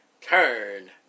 turn